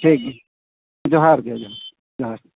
ᱴᱷᱤᱠᱜᱮᱭᱟ ᱡᱚᱸᱦᱟᱨᱜᱮ ᱡᱚᱸᱦᱟᱨᱜᱮ